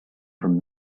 from